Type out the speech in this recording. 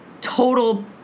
total